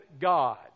God